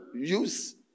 use